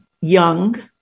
young